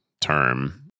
term